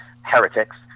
heretics